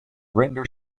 render